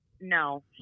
no